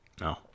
No